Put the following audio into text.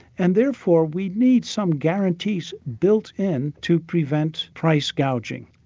and therefore we need some guarantees built in to prevent price gouging.